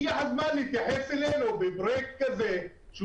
הגיע הזמן להתייחס אלינו בפרויקט כזה חשוב.